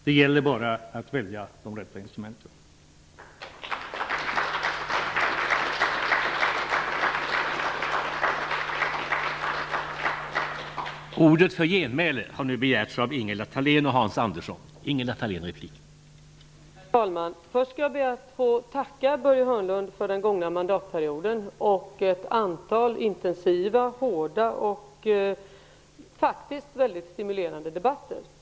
Det gäller bara att välja de rätta instrumenten för detta.